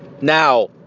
Now